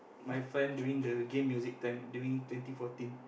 my friend during the game music time during twenty fourteen